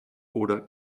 oder